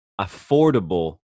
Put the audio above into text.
affordable